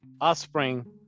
Offspring